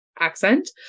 accent